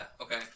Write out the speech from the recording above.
Okay